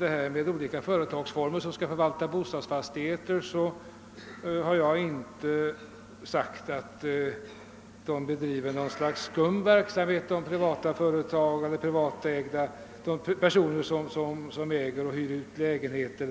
Beträffande de olika företag som förvaltar bostadsfastigheter sade jag nämligen inte att privatpersoner som äger och hyr ut lägenheter